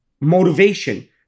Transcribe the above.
motivation